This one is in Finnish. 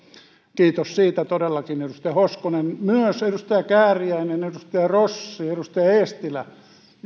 kiitos siitä todellakin edustaja hoskonen myös edustaja kääriäinen edustaja rossi edustaja eestilä